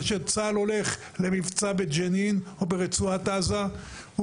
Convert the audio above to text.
אבל כשצה"ל הולך למבצע בג'נין או ברצועת עזה,